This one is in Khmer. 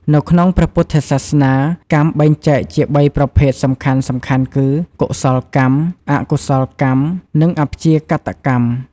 នៅក្នុងព្រះពុទ្ធសាសនា កម្មបែងចែកជាបីប្រភេទសំខាន់ៗគឺ កុសលកម្ម អកុសលកម្ម និងអព្យាកតកម្ម ។